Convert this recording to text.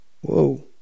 Whoa